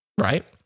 right